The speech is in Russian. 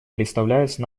представляется